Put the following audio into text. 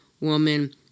woman